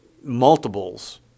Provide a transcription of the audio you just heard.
multiples